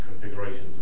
configurations